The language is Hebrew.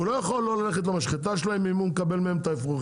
הוא לא יכול לא ללכת למשחטה שלהם אם הוא מקבל מהם את האפרוחים.